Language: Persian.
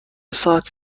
ساعتی